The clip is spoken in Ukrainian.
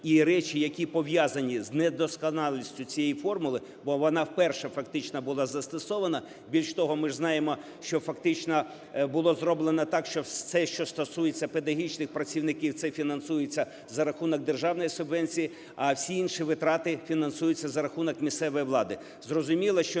і речі, які пов'язані з недосконалістю цієї формули, бо вона вперше фактично була застосована. Більше того, ми ж знаємо, що фактично було зроблено так, що все, що стосується педагогічних працівників, це фінансується за рахунок державної субвенції, а всі інші витрати фінансуються за рахунок місцевої влади. Зрозуміло, що